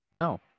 no